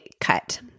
cut